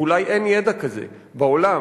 ואולי אין ידע כזה בעולם,